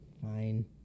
Fine